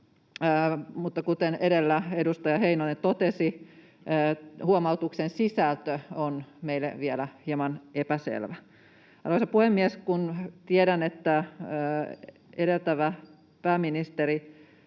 kuten edellä edustaja Heinonen totesi, huomautuksen sisältö on meille vielä hieman epäselvä. Arvoisa puhemies! Kun tiedän, että aiempi pääministeri